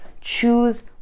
Choose